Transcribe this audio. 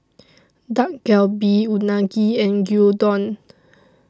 Dak Galbi Unagi and Gyudon